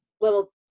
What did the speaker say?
Little